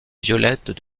violettes